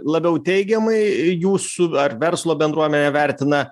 labiau teigiamai jūsų ar verslo bendruomenė vertina